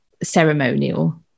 ceremonial